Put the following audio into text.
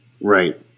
Right